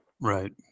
Right